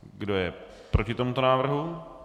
Kdo je proti tomuto návrhu?